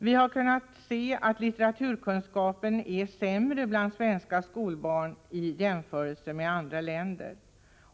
Det har visat sig att litteraturkunskapen är sämre bland svenska skolbarn än bland skolbarn i andra länder.